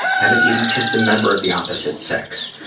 haven't even kissed a member of the opposite sex.